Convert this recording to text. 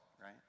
right